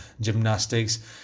gymnastics